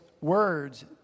words